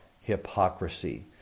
hypocrisy